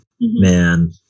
Man